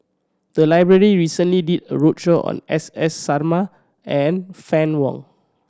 the library recently did a roadshow on S S Sarma and Fann Wong